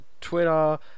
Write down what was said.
Twitter